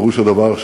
פירוש הדבר,